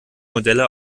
modelle